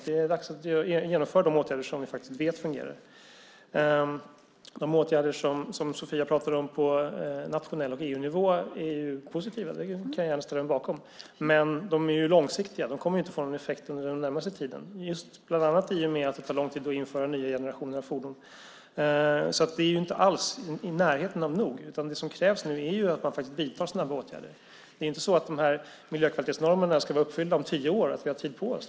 Det är dags att vidta de åtgärder som vi faktiskt vet fungerar. De åtgärder som Sofia Arkelsten talar om på nationell nivå och EU-nivå är positiva. Jag kan gärna ställa mig bakom dem. Men de är långsiktiga, och de kommer inte att få någon effekt under den närmaste tiden, bland annat i och med att det tar lång tid att införa den nya generationen av fordon. Vi är alltså inte alls i närheten av nog, utan det som nu krävs är att man faktiskt snabbt vidtar åtgärder. Det är inte så att dessa miljökvalitetsnormerna ska vara uppfyllda om tio år och att vi har tid på oss.